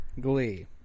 Glee